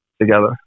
together